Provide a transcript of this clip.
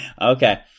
Okay